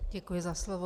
Děkuji za slovo.